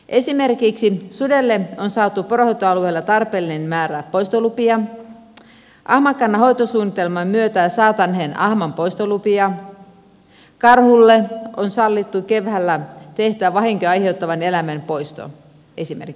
esimerkiksi sudelle on saatu poronhoitoalueella tarpeellinen määrä poistolupia ahmakannan hoitosuunnitelman myötä saataneen ahman poistolupia karhulle on sallittu keväällä tehdä vahinkoa aiheuttavan eläimen poisto esimerkiksi näitä